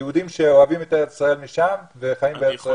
יהודים שאוהבים את ארץ ישראל משם וחיים בארץ ישראל פה.